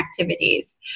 activities